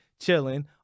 chilling